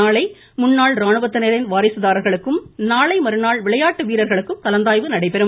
நாளை முன்னாள் ராணுவத்தினரின் வாரிசு தாரர்களுக்கும் நாளை மற்றாள் விளையாட்டு வீரர்களுக்கும் கலந்தாய்வு நடைபெறும்